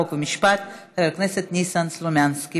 חוק ומשפט חבר הכנסת ניסן סלומינסקי,